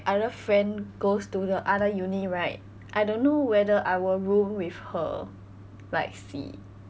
other friend goes to the other uni right I don't know whether I will room with her like C